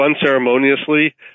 unceremoniously